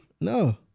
No